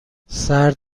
سرد